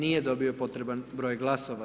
Nije dobio potreban broj glasova.